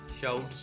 shouts